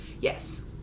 Yes